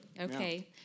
Okay